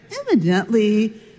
evidently